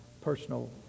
personal